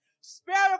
Spirit